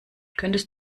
könntest